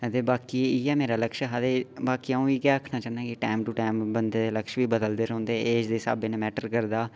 बाकी इ'यै मेरा लक्ष हा बी बाकी अ'ऊं इ'यै आखना चाह्न्नां कि टैम टू टैम बंदे दे लक्ष बी बदलदे रौंह्दे एज दे स्हाबै मैटर करदा